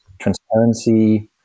transparency